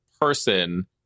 person